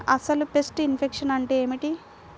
అసలు pest infection అంటే ఏమిటి?